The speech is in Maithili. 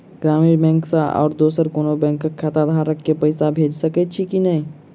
ग्रामीण बैंक सँ आओर दोसर कोनो बैंकक खाताधारक केँ पैसा भेजि सकैत छी की नै?